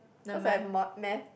cause I have mod~ Math